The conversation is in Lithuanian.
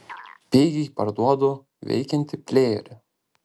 pigiai parduodu veikiantį plejerį